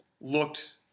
looked